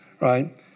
right